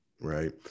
right